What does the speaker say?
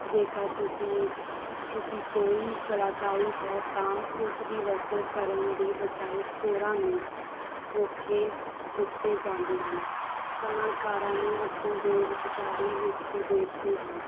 ਜੇਕਰ ਤੁਸੀਂ ਤੁਸੀਂ ਕੋਈ ਕਲਾਕਾਰੀ ਹੈ ਤਾਂ ਉਸ ਦੀ ਵਰਤੋਂ ਕਰਨ ਦੀ ਬਜਾਏ ਹੋਰਾਂ ਨੂੰ ਮੌਕੇ ਦਿੱਤੇ ਜਾਂਦੇ ਹਨ ਕਲਾਕਾਰਾਂ ਨੂੰ ਅਸੀਂ ਬੇਰੁਜ਼ਗਾਰੀ ਵਿੱਚ ਦੇਖਦੇ ਹਾਂ